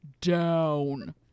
down